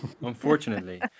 unfortunately